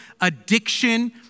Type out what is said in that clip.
addiction